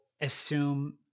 assume